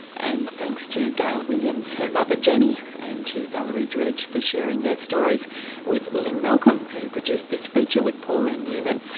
and thanks to gail williams, her mother jenny and to valerie dredge for sharing their stories with lynne malcolm who produced this feature with pauline newman.